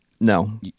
No